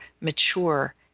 mature